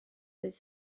ddydd